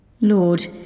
Lord